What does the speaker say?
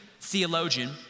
theologian